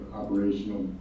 operational